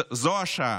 זו השעה.